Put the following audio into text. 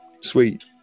Sweet